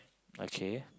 okay